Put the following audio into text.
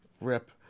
Rip